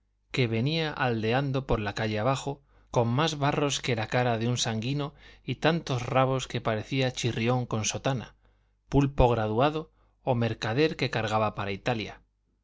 que venía haldeando por la calle abajo con más barros que la cara de un sanguino y tantos rabos que parecía chirrión con sotana pulpo graduado o mercader que cargaba para italia